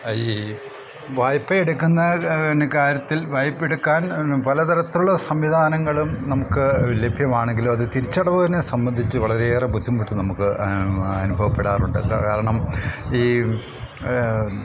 ഈ വായ്പ എടുക്കുന്ന കാര്യത്തിൽ വായ്പയെടുക്കാൻ പലതരത്തിലുള്ള സംവിധാനങ്ങളും നമുക്ക് ലഭ്യമാണെങ്കിലും അത് തിരിച്ചടവ് തന്നെ സംബന്ധിച്ച് വളരെയേറെ ബുദ്ധിമുട്ട് നമുക്ക് അനുഭവപ്പെടാറുണ്ട് കാരണം ഈ